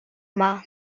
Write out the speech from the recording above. yma